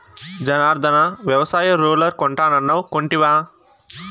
జనార్ధన, వ్యవసాయ రూలర్ కొంటానన్నావ్ కొంటివా